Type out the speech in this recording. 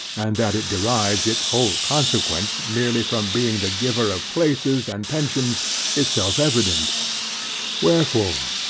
and that it derives its whole consequence merely from being the giver of places and pensions is self-evident wherefore,